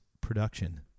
production